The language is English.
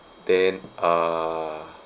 then err